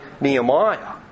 Nehemiah